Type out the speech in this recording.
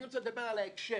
אני רוצה לדבר על ההקשר.